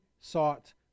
sought